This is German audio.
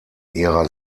ihrer